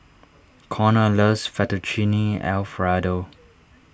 Connor loves Fettuccine Alfredo